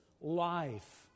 life